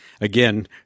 again